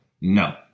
No